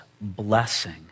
blessing